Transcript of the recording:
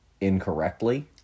incorrectly